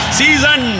season